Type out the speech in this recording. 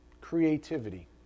creativity